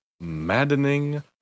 maddening